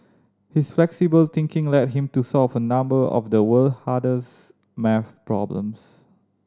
his flexible thinking led him to solve a number of the world hardest maths problems